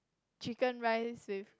chicken rice with